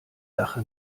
sache